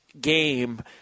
game